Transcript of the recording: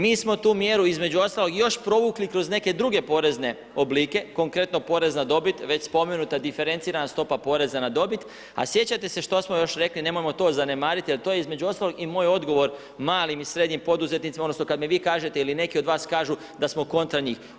Mi smo tu mjeru između ostalog još provukli kroz neke druge porezne oblike, konkretno poreza na dobit, već spomenuta diferencirana stopa poreza na dobit a sjećate se što smo još rekli, nemojmo to zanemarit jer je to između ostalog i moj odgovor malim i srednjim poduzetnicima odnosno kad mi vi kažete ili neki od vas kažu da smo kontra njih.